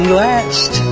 last